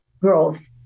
growth